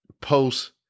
post